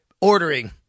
ordering